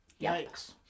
Yikes